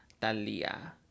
Talia